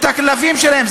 את הכלבים שלהם.